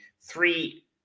three